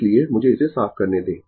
इसलिए मुझे इसे साफ करने दें